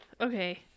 Okay